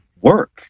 work